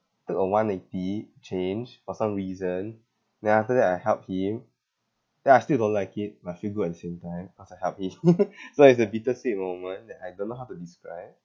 took a one eighty change for some reason then after that I helped him then I still don't like it but I feel good at the same time cause I helped him so it's a bittersweet moment that I don't know how to describe